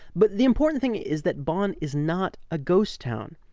but the important thing is that bonn is not a ghost town.